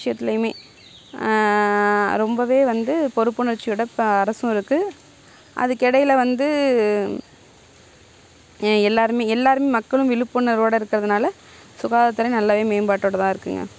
PSTM Tamil மொழி வழி பயின்ற சான்றிதழ் வழங்குறாங்க அவங்களுக்கு ஒரு இட ஒதுக்கீடு தராங்க இருவது பர்சன்டேஜ்ஜி அரசு வேலை வாய்ப்பில் அப்புறம் நீட் எக்ஸாமில் வந்து பார்த்துக்கிட்டீங்கன்னா வந்து தமிழ் மீடியத்தில் படிச்சவங்களுக்கு வந்து